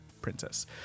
princess